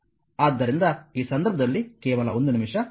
ಆದ್ದರಿಂದ ಈ ಸಂದರ್ಭದಲ್ಲಿ ಕೇವಲ 1 ನಿಮಿಷ ನಾನು ಯಾವುದೇ ತಪ್ಪನ್ನು ಮಾಡಬಾರದು